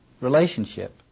relationship